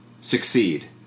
succeed